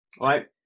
right